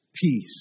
peace